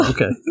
Okay